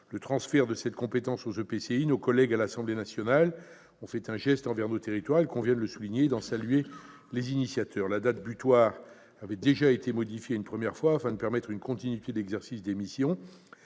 le transfert de la compétence GEMAPI aux EPCI, nos collègues de l'Assemblée nationale ont fait un geste envers nos territoires. Il convient de le souligner et d'en saluer les initiateurs. La date butoir avait déjà été modifiée une première fois, afin de favoriser la continuité de l'exercice des missions